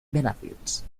benavides